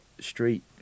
street